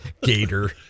Gator